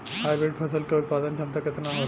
Hybrid फसल क उत्पादन क्षमता केतना होला?